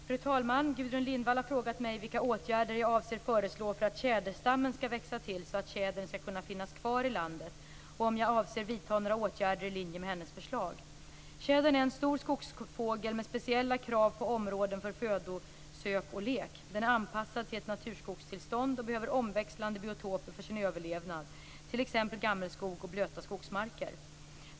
Fru talman! Gudrun Lindvall har frågat mig vilka åtgärder jag avser föreslå för att tjäderstammen skall växa till, så att tjädern skall kunna finnas kvar i landet, och om jag avser vidta några åtgärder i linje med hennes förslag. Tjädern är en stor skogsfågel med speciella krav på områden för födosök och lek. Den är anpassad till ett naturskogstillstånd och behöver omväxlande biotoper för sin överlevnad, t.ex. gammelskog och blöta skogsmarker.